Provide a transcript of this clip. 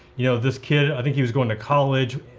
you know this kid, i think he was going to college,